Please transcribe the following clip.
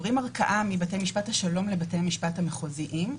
מבתי משפט השלום לבתי המשפט המחוזיים,